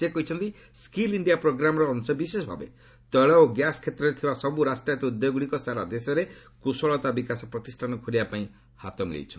ସେ କହିଛନ୍ତି skill India ପ୍ରୋଗ୍ରାମ୍ର ଅଂଶବିଶେଷ ଭାବେ ତେିଳ ଓ ଗ୍ୟାସ୍ କ୍ଷେତ୍ରରେ ଥିବା ସବୁ ରାଷ୍ଟ୍ରାୟତ ଉଦ୍ୟୋଗଗୁଡ଼ିକ ସାରା ଦେଶରେ କୁଶଳତା ବିକାଶ ପ୍ରତିଷ୍ଠାନ ଖୋଲିବା ପାଇଁ ହାତ ମିଳାଇଛନ୍ତି